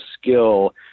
skill